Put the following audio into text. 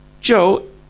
Joe